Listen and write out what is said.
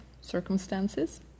circumstances